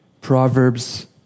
Proverbs